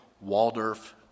Waldorf